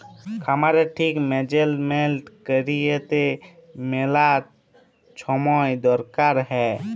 খামারের ঠিক ম্যালেজমেল্ট ক্যইরতে ম্যালা ছময় দরকার হ্যয়